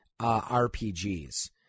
RPGs